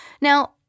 Now